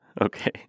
okay